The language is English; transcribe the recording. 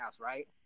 right